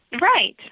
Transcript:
Right